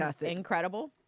incredible